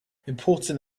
important